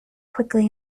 quickly